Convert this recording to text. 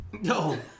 No